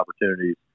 opportunities